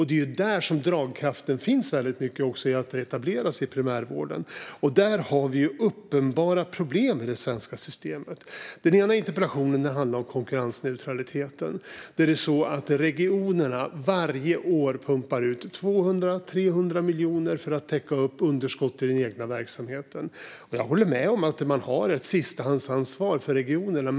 Det är där som dragningskraften finns i att etablera sig i primärvården. Där har vi uppenbara problem i det svenska systemet. Den ena interpellationen handlar om konkurrensneutraliteten. Regionerna pumpar varje år ut 200-300 miljoner kronor för att täcka upp underskott i den egna verksamheten. Jag håller med om att man har ett sistahandsansvar för regionerna.